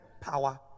power